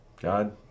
God